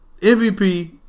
MVP